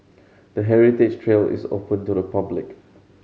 the heritage trail is open to the public